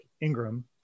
Ingram